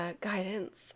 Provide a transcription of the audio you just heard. guidance